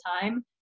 time